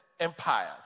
empires